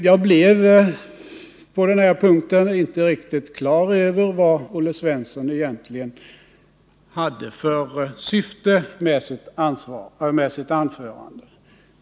Jag blev på den här punkten inte riktigt klar över vad Olle Svensson egentligen hade för syfte med sitt anförande.